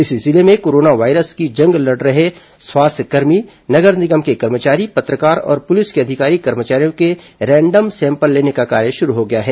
इसी जिले में कोरोना वायरस की जंग लड रहे स्वास्थ्यकर्मी नगर निगम के कर्मचारी पत्रकार और पुलिस के अधिकारी कर्मचारियों के रैंडम सैंपल लेने का कार्य शुरू हो गया है